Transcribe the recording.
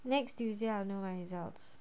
next tuesday I'll know my results